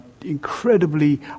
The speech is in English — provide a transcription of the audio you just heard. incredibly